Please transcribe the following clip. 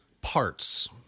parts